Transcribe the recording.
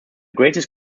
greatest